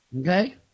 Okay